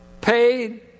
Paid